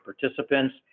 participants